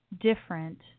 different